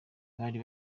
bari